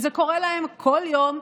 זה קורה להם כל יום,